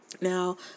Now